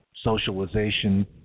socialization